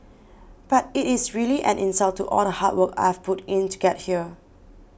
but it is really an insult to all the hard work I've put in to get here